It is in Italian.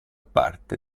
parte